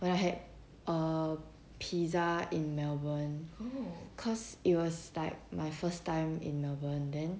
when I had a pizza in melbourne cause it was my first time in melbourne then